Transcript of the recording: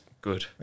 good